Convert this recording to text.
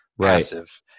passive